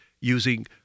using